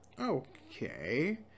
okay